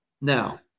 Now